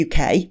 UK